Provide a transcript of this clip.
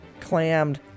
clammed